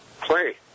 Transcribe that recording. play